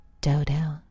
Dodo